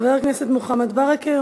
חבר הכנסת מוחמד ברכה,